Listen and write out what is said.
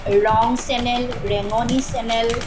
ৰং চেনেল ৰেঙনি চেনেল